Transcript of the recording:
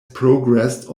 progressed